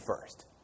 first